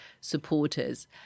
supporters